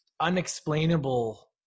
unexplainable